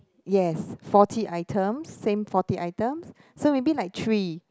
yes forty items same forty items so maybe like three